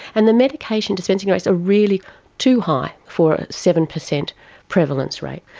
and the medication dispensing rates are really too high for a seven percent prevalence rate.